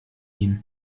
ihm